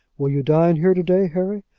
will you dine here to-day, harry?